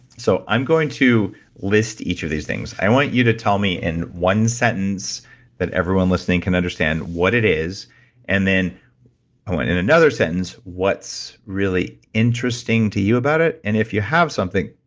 so i'm going to list each of these things. i want you to tell me in one sentence that everyone listening can understand what it is and then in another sentence, what's really interesting to you about it and if you have something,